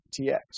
TX